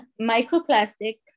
microplastic